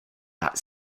that